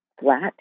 flat